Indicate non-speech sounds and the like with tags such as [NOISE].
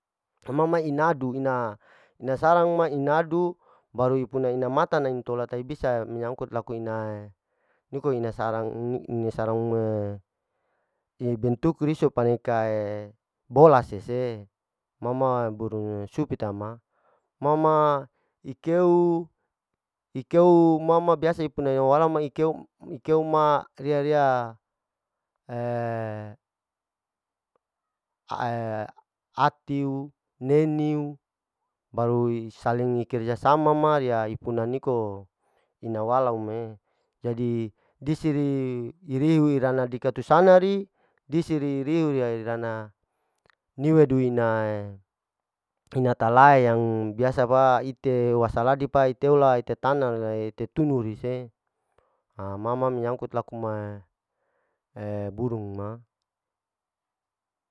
Ima ma inadu ina ina sarang ma inadu baru ipuna ina amatana baru intola taebisa, menyangkut laku ina e niko ina sarang e, [HESITATION] ina sarang e bentuk riso paneka [HESITATION] bola sese, ma ma burung supita ma, ma ma ikeu, ikeu ma ma biasa ipuna walau ma, ikeu ma riya-riya e [HESITATION] atiu neniu, barui saling kerja sama ma riya ipuna niko ina walam ee, jadi disiri iriuh irana dikatusanari, disiriu iruiri irana niwedu ina, ina talae yang biasa pa ite wasaladi pa iteola, ite tana ma tunuri se, ha ma ma menyangkut ma ma [HESITATION] burung ma.